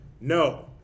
no